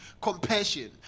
compassion